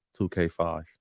2K5